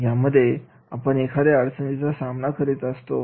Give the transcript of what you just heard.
यामध्ये आपण एखाद्या अडचणीचा सामना करत असतो